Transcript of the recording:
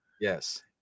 yes